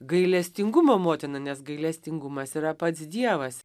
gailestingumo motina nes gailestingumas yra pats dievas